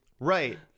Right